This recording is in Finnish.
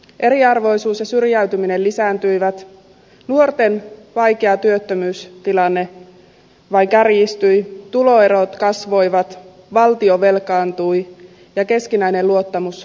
eriarvoisuus ja syrjäytyminen lisääntyivät nuorten vaikea työttömyystilanne vain kärjistyi tuloerot kasvoivat valtio velkaantui ja keskinäinen luottamus haurastui